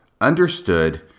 understood